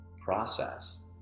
process